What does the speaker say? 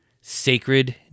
sacred